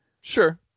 Sure